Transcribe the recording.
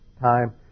time